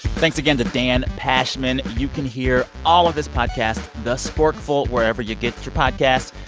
thanks again to dan pashman. you can hear all of his podcast the sporkful wherever you get your podcasts.